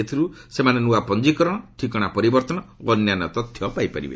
ଏଥିରୁ ସେମାନେ ନୂଆ ପଞ୍ଜିକରଣ ଠିକଣା ପରିବର୍ତ୍ତନ ଓ ଅନ୍ୟାନ୍ୟ ତଥ୍ୟ ପାଇପାରିବେ